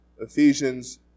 Ephesians